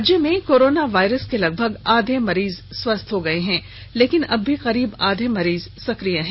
राज्य में corona virus के लगभग आधे मरीज स्वस्थ हो गये हैं लेकिन अब भी करीब आधे मरीज सकिय हैं